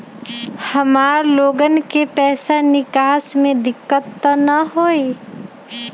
हमार लोगन के पैसा निकास में दिक्कत त न होई?